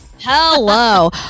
Hello